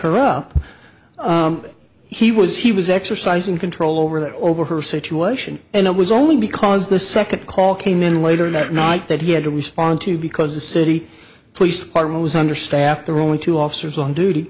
her up he was he was exercising control over that over her situation and it was only because the second call came in later that night that he had to respond to because the city police department was understaffed there are only two officers on duty